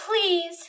please